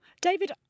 David